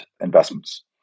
investments